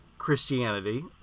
Christianity